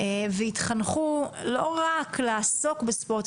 ויתחנכו לא רק לעסוק בספורט,